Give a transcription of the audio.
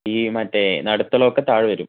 ഈ മറ്റേ നടുത്തളമൊക്കെ താഴെ വരും